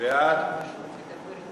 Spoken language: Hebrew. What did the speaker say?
ההצעה להעביר את